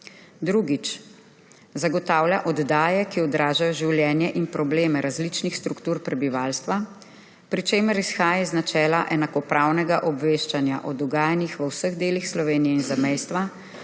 Drugič. Zagotavlja oddaje, ki odražajo življenje in probleme različnih struktur prebivalstva, pri čemer izhaja iz načela enakopravnega obveščanja o dogajanjih v vseh delih Slovenije in zamejstva,